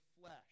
flesh